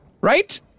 Right